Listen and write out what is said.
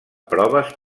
proves